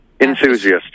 enthusiast